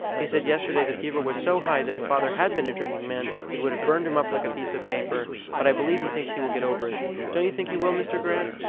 he said yesterday the fever was so high that if father had been a drinking man it would have burned him up like a piece of paper but i believe he thinks he will get over it don't you think he will, mr. grant?